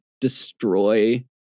destroy